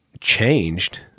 changed